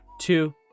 two